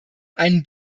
ein